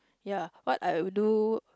ya what I would do